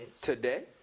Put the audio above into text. today